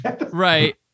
Right